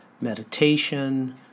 meditation